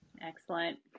Excellent